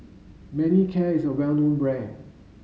Manicare is a well known brand